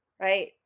Right